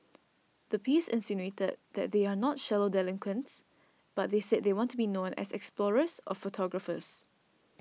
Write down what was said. the piece insinuated that they are not shallow delinquents but said they want to be known as explorers or photographers